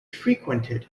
frequented